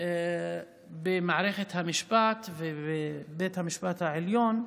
במערכת המשפט ובבית המשפט העליון,